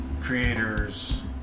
creators